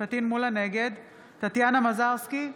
טטיאנה מזרסקי,